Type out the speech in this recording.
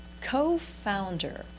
co-founder